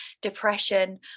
depression